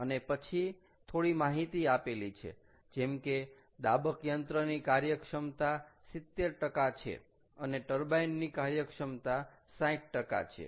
અને પછી થોડી માહિતી આપેલી છે જેમ કે દાબક યંત્રની કાર્યક્ષમતા 70 છે અને ટર્બાઈન ની કાર્યક્ષમતા 60 છે